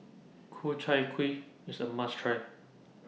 Ku Chai Kuih IS A must Try